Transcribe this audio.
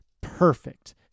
perfect